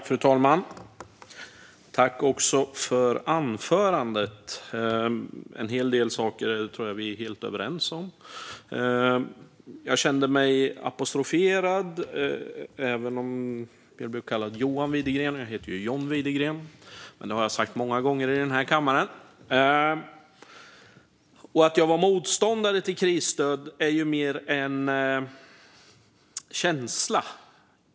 Fru talman! Tack för anförandet, Anders Karlsson! En hel del saker tror jag att vi är helt överens om. Jag kände mig apostroferad, även om jag blev kallad Johan Widegren. Jag heter John Widegren, men det har jag sagt många gånger i den här kammaren. Att jag skulle vara motståndare till krisstöd är mer en känsla.